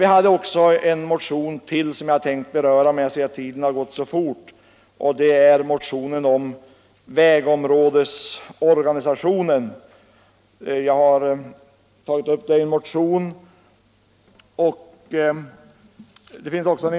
Vi har i en motion även tagit upp frågan om vägområdesorganisationen, men jag hinner inte nu gå närmare in på den saken.